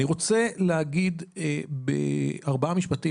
אני רוצה להגיד בארבעה משפטים,